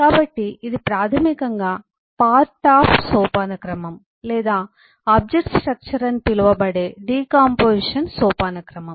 కాబట్టి ఇది ప్రాథమికంగా పార్ట్ ఆఫ్ సోపానక్రమం లేదా ఆబ్జెక్ట్ స్ట్రక్చర్ అని పిలువబడే డికాంపొజిషన్ సోపానక్రమం